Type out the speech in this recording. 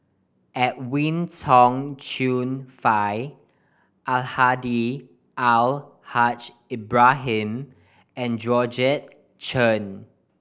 Edwin Tong Chun Fai Almahdi Al Haj Ibrahim and Georgette Chen